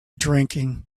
drinking